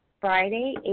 Friday